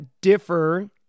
differ